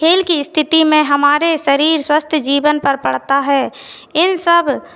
खेल के स्थिति में हमारे शरीर स्वस्थ जीवन पर पड़ता है इन सब